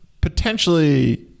potentially